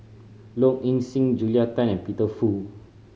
Low Ing Sing Julia Tan and Peter Fu